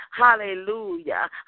Hallelujah